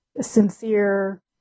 sincere